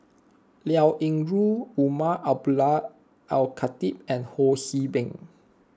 Liao Yingru Umar Abdullah Al Khatib and Ho See Beng